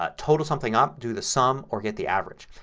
ah total something up, do the sum or get the average.